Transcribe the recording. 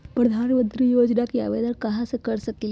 हम प्रधानमंत्री योजना के आवेदन कहा से कर सकेली?